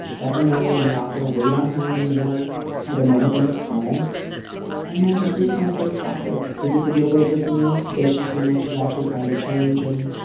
let her know when you're not going to wait on her anymore at a moment when you're calm and then just really kind of take stock of is this a deal breaker for me? does she seem like she's actually trying to change and.